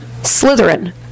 Slytherin